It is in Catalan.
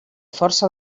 força